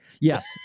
Yes